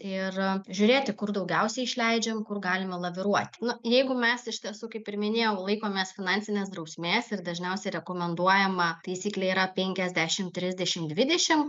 ir žiūrėti kur daugiausiai išleidžiam kur galima laviruoti na ir jeigu mes iš tiesų kaip ir minėjau laikomės finansinės drausmės ir dažniausiai rekomenduojama taisyklė yra penkiasdešim trisdešim dvidešim